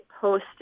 post